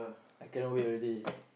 I cannot wait already